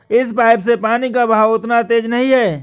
इस पाइप से पानी का बहाव उतना तेज नही है